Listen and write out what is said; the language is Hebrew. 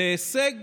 זה הישג